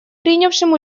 принявшим